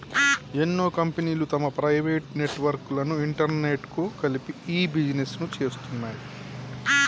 ఎన్నో కంపెనీలు తమ ప్రైవేట్ నెట్వర్క్ లను ఇంటర్నెట్కు కలిపి ఇ బిజినెస్ను చేస్తున్నాయి